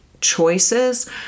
choices